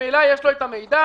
שממילא יש לו את המידע,